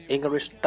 English